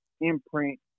imprint